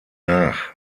nach